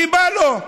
כי בא לו.